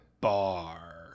bar